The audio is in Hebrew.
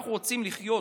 אנחנו רוצים לחיות,